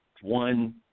one